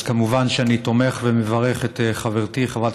מובן שאני תומך ומברך את חברתי חברת